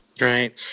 right